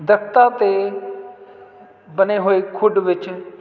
ਦਰੱਖਤਾਂ 'ਤੇ ਬਣੇ ਹੋਏ ਖੁੱਡ ਵਿੱਚ